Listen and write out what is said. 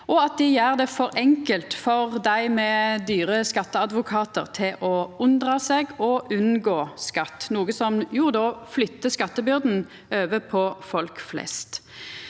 og at det gjer det for enkelt for dei med dyre skatteadvokatar å unndra seg og unngå skatt, noko som flyttar skattebyrda over på folk flest.